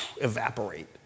evaporate